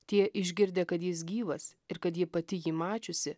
tie išgirdę kad jis gyvas ir kad ji pati jį mačiusi